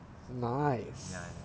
nice